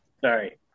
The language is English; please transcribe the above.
sorry